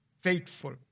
faithful